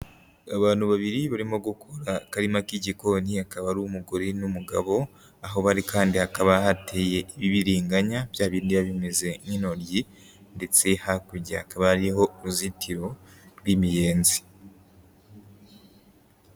Abantu babiri barimo gukora akarima k'igikoni akaba ari umugore n'umugabo, aho bari kandi hakaba hateye ibibiringanya bya bindi biba bimeze nk'intoryi ndetse hakurya hakaba hariho uruzitiro rw'imiyenzi.